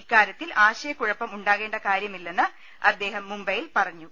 ഇക്കാര്യത്തിൽ ആശ യക്കുഴപ്പം ഉണ്ടാകേണ്ട കാര്യമില്ലെന്ന് അദ്ദേഹം മുംബൈയിൽ പറഞ്ഞു